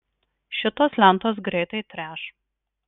šitos lentos greitai treš